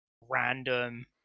random